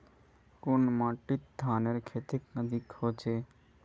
कुन माटित धानेर खेती अधिक होचे?